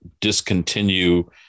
discontinue